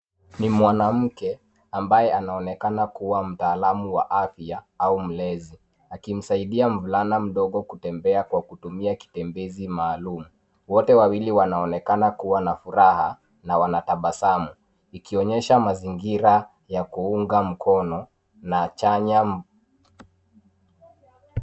Ni mwanamke ambaye anaonekana kuwa mtaalamu wa afya au mlezi akimsaidia mvulana mdogo kutembea kwa kutumia kitembezi maalum .Wote wawili wanaonekana kuwa na furaha na wanatabasamu. Ikionyesha mazingira ya kuunga mkono na chanya.